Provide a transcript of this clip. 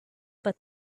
but